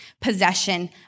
possession